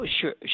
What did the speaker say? Sure